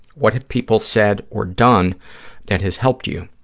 what have people said or done that has helped you?